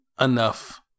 enough